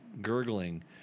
gurgling